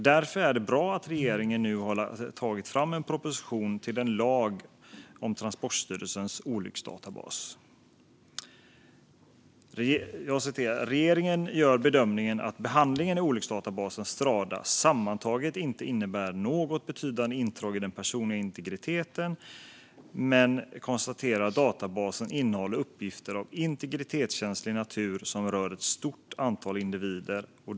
Därför är det bra att regeringen nu har tagit fram en proposition gällande en lag om Transportstyrelsens olycksdatabas. Regeringen gör bedömningen att behandlingen i olycksdatabasen Strada sammantaget inte innebär något betydande intrång i den personliga integriteten men konstaterar att databasen innehåller uppgifter av integritetskänslig natur som rör ett stort antal individer.